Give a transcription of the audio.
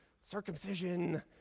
circumcision